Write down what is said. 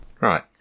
Right